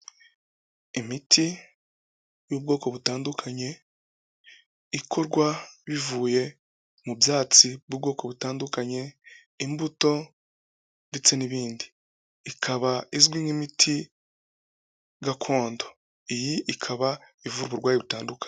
Imiti y'ubwoko butandukanye ikorwa bivuye mu byatsi by'ubwoko butandukanye, imbuto ndetse n'ibindi. Ikaba izwi nk'imiti gakondo. Iyi ikaba ivura uburwayi butandukanye.